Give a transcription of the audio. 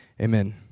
Amen